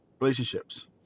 relationships